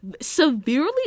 severely